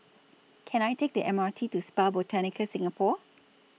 Can I Take The M R T to Spa Botanica Singapore